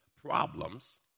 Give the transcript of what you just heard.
problems